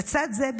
לצד זה,